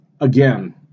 again